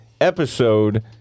episode